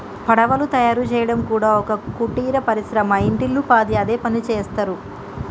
పడవలు తయారు చేయడం కూడా ఒక కుటీర పరిశ్రమ ఇంటిల్లి పాది అదే పనిచేస్తరు